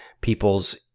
people's